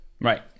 right